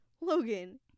Logan